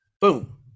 Boom